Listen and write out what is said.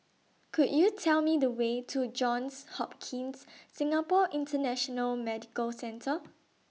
Could YOU Tell Me The Way to Johns Hopkins Singapore International Medical Centre